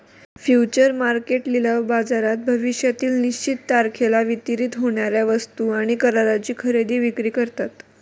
future market लिलाव बाजारात भविष्यातील निश्चित तारखेला वितरित होणार्या वस्तू आणि कराराची खरेदी विक्री करतात